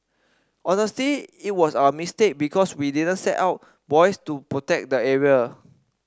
honestly it was our mistake because we didn't set out buoys to protect the area